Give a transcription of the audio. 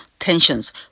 tensions